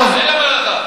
אין להם הלכה.